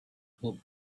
hoped